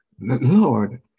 Lord